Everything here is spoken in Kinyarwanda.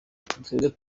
twebwe